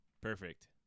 Perfect